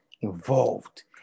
involved